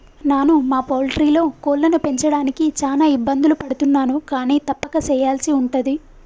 నాను మా పౌల్ట్రీలో కోళ్లను పెంచడానికి చాన ఇబ్బందులు పడుతున్నాను కానీ తప్పక సెయ్యల్సి ఉంటది